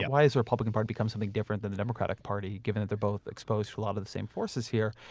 yeah why has the republican party become something different than the democratic party given that they're both exposed to a lot of the same forces here?